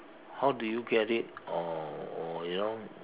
how do you get it or or you know